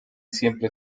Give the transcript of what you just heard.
siempre